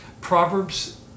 Proverbs